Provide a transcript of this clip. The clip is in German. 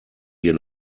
wir